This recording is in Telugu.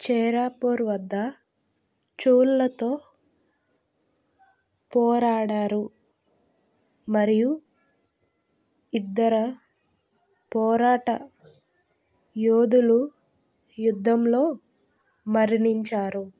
చేరా పోర్ వద్ద చోళులతో పోరాడారు మరియు ఇద్దర పోరాట యోధులు యుద్ధంలో మరణించారు